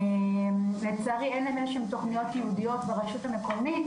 לצערי אין תוכניות ייעודיות ברשות המקומית,